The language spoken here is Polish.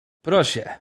proszę